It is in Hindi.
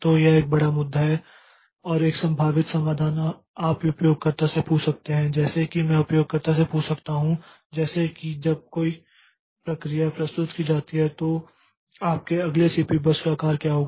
तो यह एक बड़ा मुद्दा है और एक संभावित समाधान आप उपयोगकर्ता से पूछ सकते हैं जैसे कि मैं उपयोगकर्ता से पूछ सकता हूं जैसे कि जब भी कोई प्रक्रिया प्रस्तुत की जाती है तो आपके अगले सीपीयू बर्स्ट का आकार क्या होगा